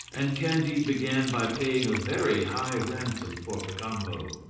and candide began by paying a very high ransom for cacambo.